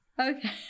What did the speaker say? Okay